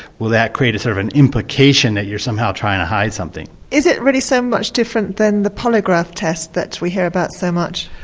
will that create sort of an implication that you are somehow trying hide something. is it really so much different than the polygraph test that we hear about so much?